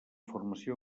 formació